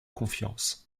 confiance